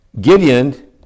Gideon